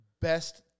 best